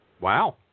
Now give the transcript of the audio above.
Wow